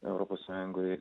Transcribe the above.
europos sąjungoj